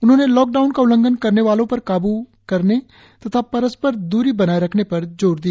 उन्होंने लॉकडाउन का उल्लंघन करने वालों पर काब् करने तथा परस्पर द्ररी बनाये रखने पर जोर दिया